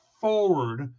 forward